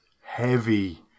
heavy